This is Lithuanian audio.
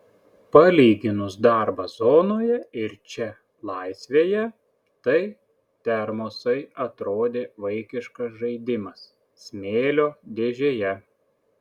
palyginus darbą zonoje ir čia laisvėje tai termosai atrodė vaikiškas žaidimas smėlio dėžėje